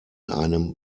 einem